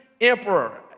emperor